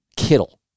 Kittle